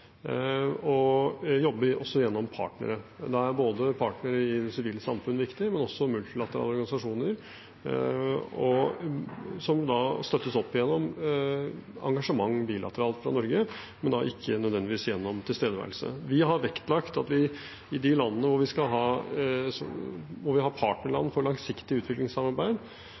og vi jobber også gjennom partnere. Da er partnere i det sivile samfunn viktig, men også multilaterale organisasjoner som støttes gjennom bilateralt engasjement fra Norge, men da ikke nødvendigvis gjennom tilstedeværelse. Vi har vektlagt at i de landene hvor vi har partnerland for langsiktig utviklingssamarbeid, skal vi ha tilstedeværelse. I noen av de sårbare statene ser vi